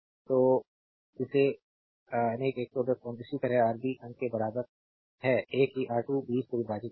तो इसके आने ११० Ω इसी तरह आरबी अंक के बराबर है एक ही R2 20 से विभाजित रहेगा